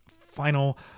final